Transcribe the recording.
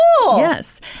Yes